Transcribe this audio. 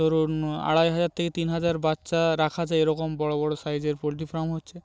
ধরুন আড়াই হাজার থেকে তিন হাজার বাচ্চা রাখা যায় এরকম বড়ো বড়ো সাইজের পোলট্রি ফার্ম হচ্ছে